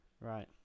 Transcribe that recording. Right